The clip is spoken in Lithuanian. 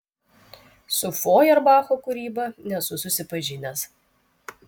su fojerbacho kūryba nesu susipažinęs